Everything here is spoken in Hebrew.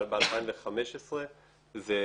אבל ב-2015 זה פורסם,